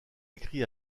écrit